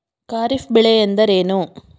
ಖಾರಿಫ್ ಬೆಳೆ ಎಂದರೇನು?